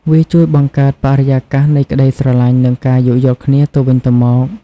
វាជួយបង្កើតបរិយាកាសនៃក្ដីស្រឡាញ់ និងការយោគយល់គ្នាទៅវិញទៅមក។